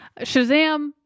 shazam